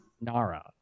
Nara